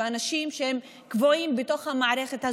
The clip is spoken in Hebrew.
אנשים שהם קבועים בתוך המערכת הזאת,